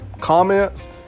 comments